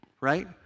Right